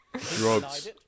Drugs